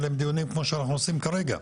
עושים עליהם דיונים כמו שאנחנו עושים כרגע.